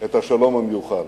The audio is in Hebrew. את השלום המיוחל.